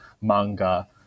manga